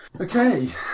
Okay